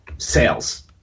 Sales